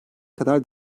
kadar